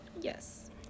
Yes